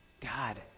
God